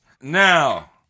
Now